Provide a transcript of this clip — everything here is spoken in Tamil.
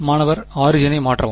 மாணவர் ஆரிஜினை மாற்றவும்